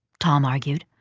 tom argued.